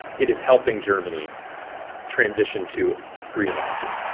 it is helping germany transition to green energy,